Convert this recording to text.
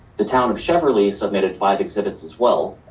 the town of cheverly submitted five exhibits as well,